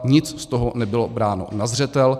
Nic z toho nebylo bráno na zřetel.